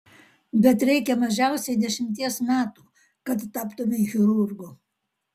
bet reikia mažiausiai dešimties metų kad taptumei chirurgu